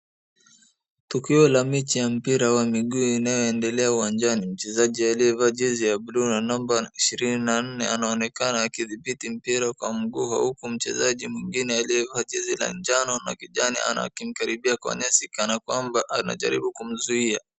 Tukio la mechi ya mpira ya miguu inayoendelea uwanjani. Mchezaji aliyevaa jezi ya bluu na namba ishirini na nne anaonekana akidhibiti mpira kwa mguu huku mchezaji mwingine aliyevaa jezi la jano na kijani akimkaribia kwa nyasi kana kwamba anajaribu kumzuia.